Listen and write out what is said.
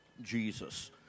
Jesus